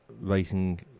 racing